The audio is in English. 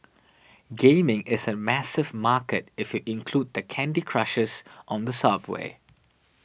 gaming is a massive market if you include the Candy Crushers on the subway